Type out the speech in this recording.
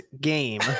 game